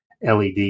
led